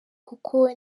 kuko